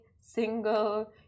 single